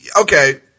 Okay